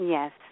Yes